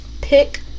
pick